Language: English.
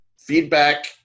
Feedback